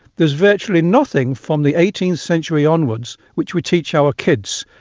there is virtually nothing from the eighteenth century onwards which we teach our kids.